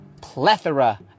plethora